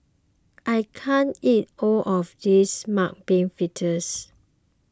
I can't eat all of this Mung Bean Fritters